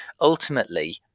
ultimately